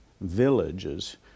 villages